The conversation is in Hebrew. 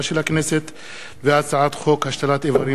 הצעת חוק השתלת אברים (תיקון),